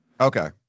Okay